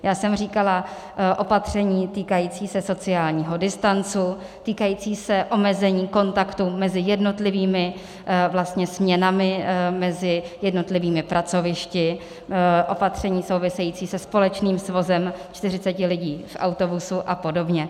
Já jsem říkala opatření týkající se sociálního distancu, týkající se omezení kontaktu mezi jednotlivými vlastně směnami, mezi jednotlivými pracovišti, opatření související se společným svozem čtyřiceti lidí v autobusu apod.